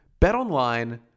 BetOnline